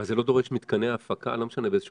אבל זה לא דורש מתקני הפקה באיזה שהוא